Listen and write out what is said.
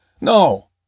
No